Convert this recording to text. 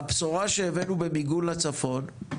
הבשורה שהבאנו למיגון לצפון,